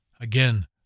Again